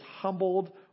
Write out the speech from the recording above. humbled